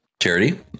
charity